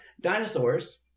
dinosaurs